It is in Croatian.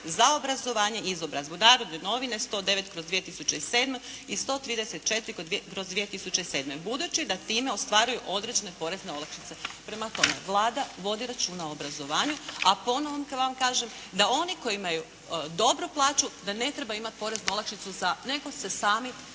za obrazovanje i izobrazbu, “Narodne novine“ 109/2007 i 134/2007, budući da time ostvaruju određene porezne olakšice. Prema tome, Vlada vodi računa o obrazovanju, a ponovo kad vam kažem da oni koji imaju dobru plaću da ne trebaju imati poreznu olakšicu za, nego se sami,